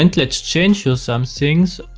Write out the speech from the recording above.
and let's change here some things,